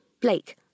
Blake